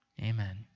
Amen